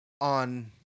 on